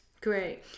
Great